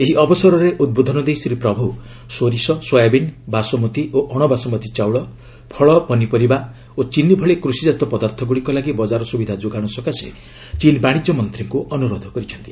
ଏହି ଅବସରରେ ଉଦ୍ବୋଧନ ଦେଇ ଶ୍ରୀ ପ୍ରଭୁ ସୋରିଷ ସୋୟାବିନ୍ ବାସମତି ଓ ଅଣବାସମତି ଚାଉଳ ଫଳ ପନିପରିବାର ଓ ଚିନି ଭଳି କୃଷିକାତ ପଦାର୍ଥଗୁଡ଼ିକ ଲାଗି ବଜାର ସୁବିଧା ଯୋଗାଣ ସକାଶେ ଚୀନ୍ ବାଶିଜ୍ୟ ମନ୍ତ୍ରୀଙ୍କୁ ଅନୁରୋଧ କରିଛନ୍ତି